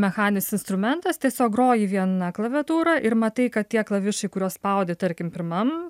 mechaninis instrumentas tiesiog groji viena klaviatūra ir matai kad tie klavišai kuriuos spaudi tarkim pirmam